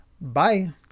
bye